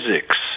physics